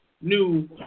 new